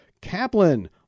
Kaplan